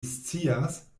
scias